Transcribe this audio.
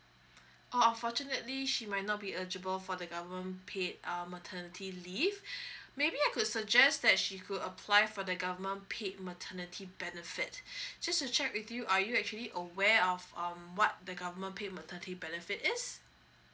oh unfortunately she might not be eligible for the government paid uh maternity leave maybe I could suggest that she could apply for the government paid maternity benefits just to check with you are you actually aware of um what the government paid maternity benefit is